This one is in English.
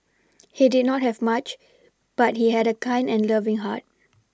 he did not have much but he had a kind and loving heart